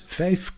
vijf